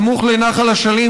סמוך לנחל אשלים,